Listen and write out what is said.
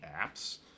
apps